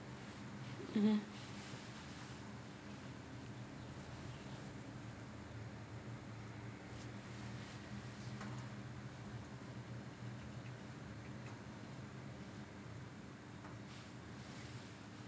mmhmm